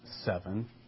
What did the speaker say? seven